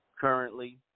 currently